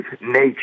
nature